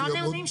לא נאומים.